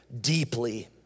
deeply